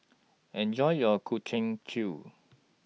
Enjoy your Ku Chin Chew